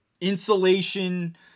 insulation